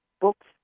Books